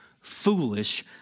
foolish